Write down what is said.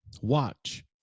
watch